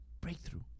breakthrough